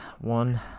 one